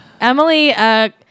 Emily